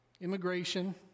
immigration